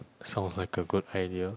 sounds like a good idea